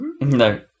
No